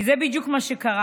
כי זה בדיוק מה שקרה.